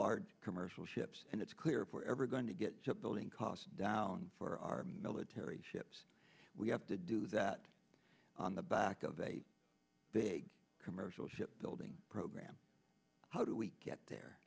large commercial ships and it's clear if we're ever going to get ship building cost down for our military ships we have to do that on the back of a big commercial ship building program how do we get there